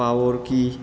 પાઓરકી